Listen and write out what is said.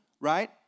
right